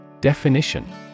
Definition